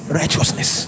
righteousness